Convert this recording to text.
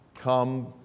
come